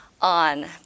on